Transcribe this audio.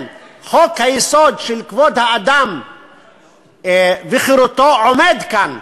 חוק-יסוד: כבוד האדם וחירותו עומד כאן,